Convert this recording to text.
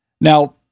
Now